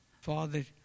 Father